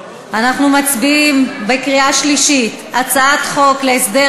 מצביעים בקריאה שלישית על הצעת חוק להסדר